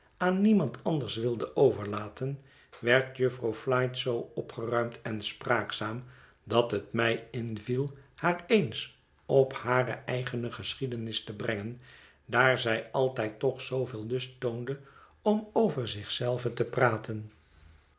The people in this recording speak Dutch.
aan niemand anders wilde overlaten werd jufvrouw flite zoo opgeruimd en spraakzaam dat het mij inviel haar eens op hare eigene geschiedenis te brengen daar zij altijd toch zooveel lust toonde om over zich zelve te praten